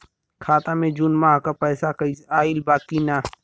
खाता मे जून माह क पैसा आईल बा की ना?